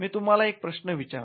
मी तुम्हाला एक प्रश्न विचारतो